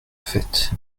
fête